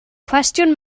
cwestiwn